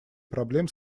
проблем